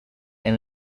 and